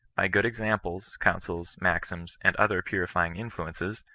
by good examples, counsels, maxims, and other purifying influences,